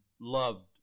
loved